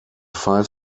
five